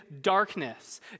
darkness